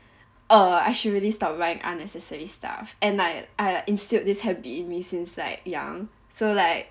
err I should really stop buying unnecessary stuff and I I instilled this habit in me since like young so like